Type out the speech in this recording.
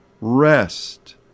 rest